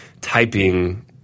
typing